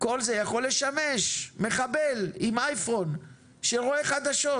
כל זה יכול לשמש מחבל עם אייפון שרואה חדשות